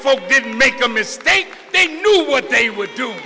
folks did make a mistake they knew what they would do